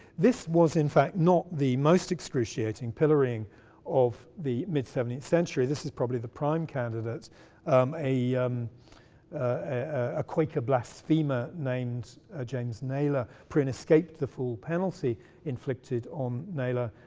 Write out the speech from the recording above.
this was in fact not the most excruciating pillorying of the mid seventeenth century. this is probably the prime candidate a um ah quaker blasphemer named james nailor. prynne escaped the full penalty inflicted on nailor,